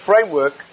framework